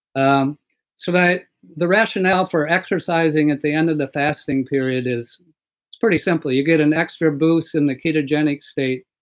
um so but the rationale for exercising at the end of the fasting period is it's pretty simple you get an extra boost in the ketogenic state,